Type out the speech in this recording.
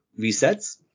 resets